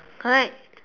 correct